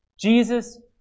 Jesus